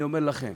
אני אומר לכם,